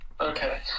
Okay